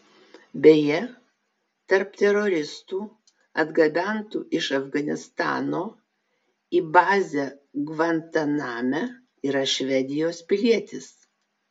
beje tarp teroristų atgabentų iš afganistano į bazę gvantaname yra švedijos pilietis